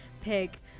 pick